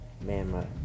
Man